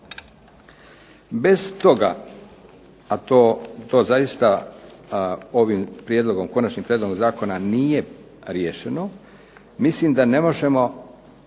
Bez toga a to zaista ovim konačnim prijedlogom zakona nije riješeno mislim da ne možemo